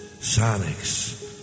Sonics